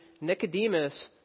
Nicodemus